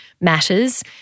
matters